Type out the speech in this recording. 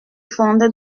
fondait